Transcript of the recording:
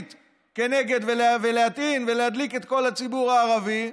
כנגד ולהטעין ולהדליק את כל הציבור הערבי.